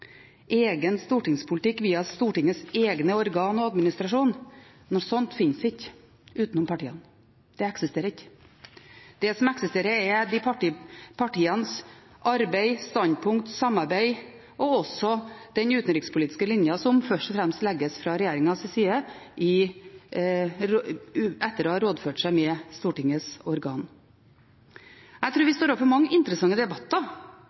egen stortingspolitikk via Stortingets egne organer og egen administrasjon. Noe slikt finnes ikke utenom partiene – det eksisterer ikke. Det som eksisterer, er partienes arbeid, standpunkt, samarbeid og også den utenrikspolitiske linja, som først og fremst legges fra regjeringens side, etter at den har rådført seg med Stortingets organer. Jeg tror vi står overfor mange interessante debatter,